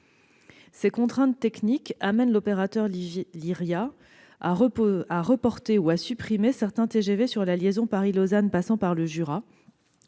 Ces contraintes techniques amènent l'opérateur Lyria à reporter ou à supprimer certains TGV assurant la liaison Paris-Lausanne en passant par le Jura,